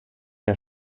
der